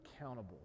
accountable